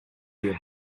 wheel